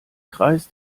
kreis